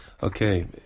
Okay